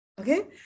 Okay